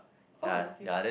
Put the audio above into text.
oh okay